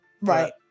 Right